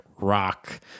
rock